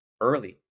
early